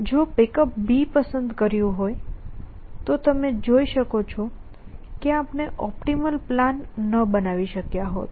જો Pickup પસંદ કર્યું હોય તો તમે જોઈ શકો છો કે આપણે ઓપ્ટિમલ પ્લાન ન બનાવી શક્યા હોત